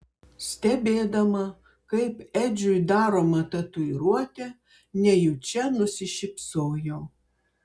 stebėdama kaip edžiui daroma tatuiruotė nejučia nusišypsojau